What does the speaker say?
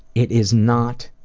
it is not